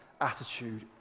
attitude